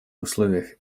условиях